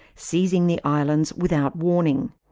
seizing the islands without warning.